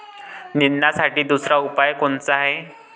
निंदनासाठी दुसरा उपाव कोनचा हाये?